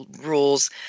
rules